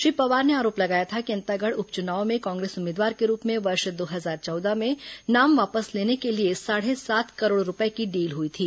श्री पवार ने आरोप लगाया था कि अंतागढ़ उप चुनाव में कांग्रेस उम्मीदवार के रूप में वर्ष दो हजार चौदह में नाम वापस लेने के लिए साढ़े सात करोड़ रूपये की डील हुई थी